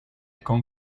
con